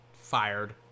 fired